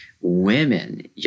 Women